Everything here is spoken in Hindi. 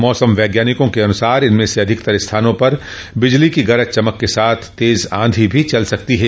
मौसम वैज्ञानिकों के अनूसार इनमें से अधिकतर स्थानों पर बिजली की गरज चमक के साथ तेज आंधी भी चल सकती है